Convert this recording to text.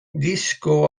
disko